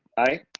aye.